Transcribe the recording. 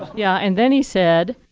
yeah. and then he said,